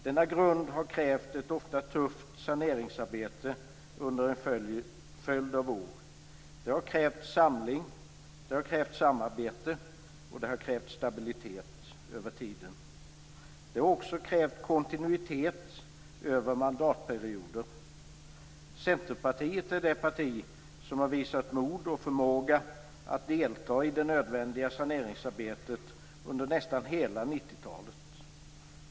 Denna grund har krävt ett ofta tufft saneringsarbete under en följd av år. Det har krävt samling, samarbete och stabilitet över tiden. Det har också krävt kontinuitet över mandatperioder. Centerpartiet är det parti som har visat mod och förmåga att delta i det nödvändiga saneringsarbetet under nästan hela 90-talet.